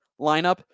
lineup